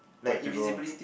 where to go